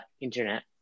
internet